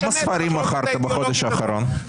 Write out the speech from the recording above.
כמה ספרים מכרת בחודש האחרון?